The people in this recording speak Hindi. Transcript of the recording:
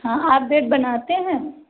हाँ आप बेड बनाते है